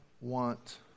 want